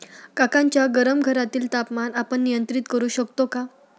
काकांच्या गरम घरातील तापमान आपण नियंत्रित करु शकतो का?